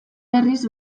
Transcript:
berriz